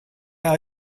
are